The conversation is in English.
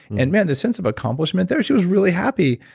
and man, the sense of accomplishment there? she was really happy.